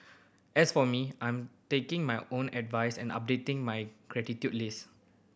as for me I am taking my own advice and updating my gratitude list